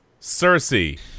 Cersei